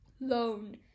loan